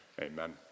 Amen